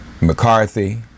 McCarthy